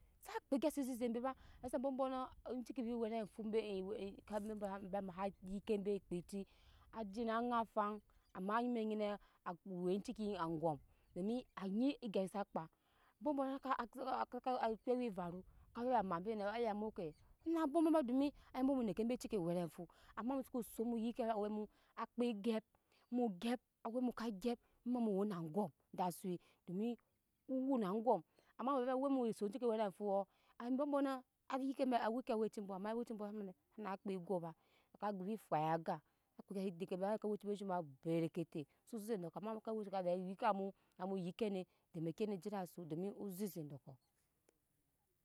Sa kpe gya si zeze be ba ha sha ambɔ bɔno e ccikebi wɛrefu be i wɛ i ka abe amaa sa yike be kpe ti ajina aŋa faŋ amaa mɛk nyine awe cike aŋgɔm domi anyi egya ni sa kpe ambɔ bɔ suka kaka suka ko awɛ evaru kaya ama be no aya mu ke san bwoma ba domi aya be mu neke be acike wɛrefo ama mu soko son mu yike awɛ. mu akpe gyap mu gyap awɛ mu ka gyap mu ma mu wena aŋgɔm da sui domi owena aŋgɔm ama mure awɛ mu son ecike wɛcibu be a yike awɛcibu ama awɛcibu ja mene sana kpe ego ba na ka go vɛ fwai aga su kpe nyi se dike be neke ewecibe zhomca berekete so awɛci yike mu muma mu yike ni otemeki ni je dasu domi ozeze do ko.